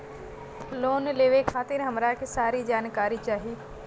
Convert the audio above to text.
Loan लेवे खातीर हमरा के सारी जानकारी चाही?